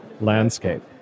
landscape